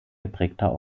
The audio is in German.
geprägter